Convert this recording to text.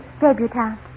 debutante